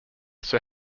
sir